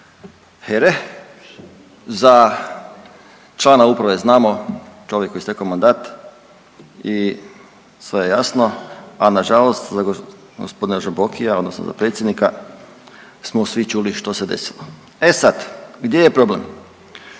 HERA-e za člana uprave znamo čovjek koji je stekao mandat i sve je jasno, a nažalost za g. Žambokija odnosno za predsjednika smo svi čuli što se desilo. E sad, gdje je problem?